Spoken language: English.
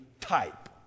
type